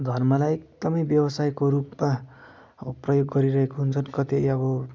धर्मलाई एकदमै व्यवसायको रूपमा अब प्रयोग गरिरहेको हुन्छ कतै अब